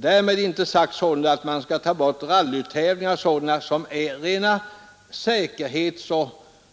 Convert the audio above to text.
Därmed är inte sagt att man skall avskaffa rallytävlingar, säkerhetstävlingar